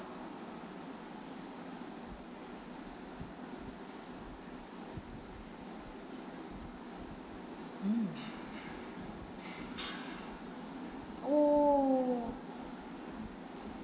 mm oh